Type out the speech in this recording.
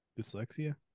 Dyslexia